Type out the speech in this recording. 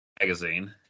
magazine